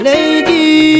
Lady